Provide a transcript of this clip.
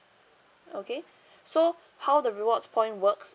okay so how the rewards point works